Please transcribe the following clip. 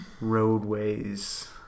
roadways